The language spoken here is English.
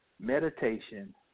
meditation